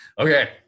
Okay